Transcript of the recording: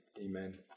Amen